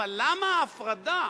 אבל למה ההפרדה